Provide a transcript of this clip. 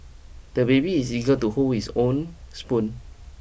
the baby is eager to hold his own spoon